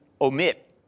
omit